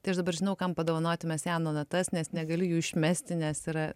tai aš dabar žinau kam padovanoti mesiano natas nes negali jų išmesti nes yra